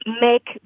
Make